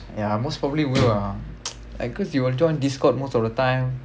ya most probably will ah like because you will join discord most of the time